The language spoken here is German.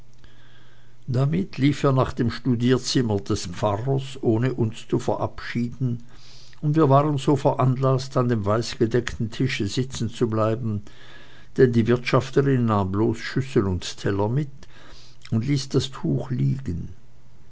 damit lief er nach dem studierzimmer des pfarrers ohne uns zu verabschieden und wir waren so veranlaßt an dem weißgedeckten tische sitzen zu bleiben denn die wirtschafterin nahm bloß schüssel und teller mit und ließ das tuch liegen